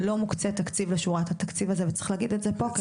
לא מוקצה תקציב בשורת התקציב הזה וצריך להגיד את זה פה,